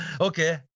Okay